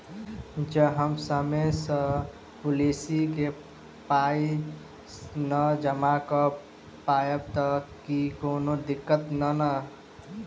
जँ हम समय सअ पोलिसी केँ पाई नै जमा कऽ पायब तऽ की कोनो दिक्कत नै नै?